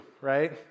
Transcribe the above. right